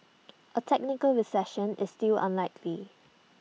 A technical recession is still unlikely